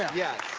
yes.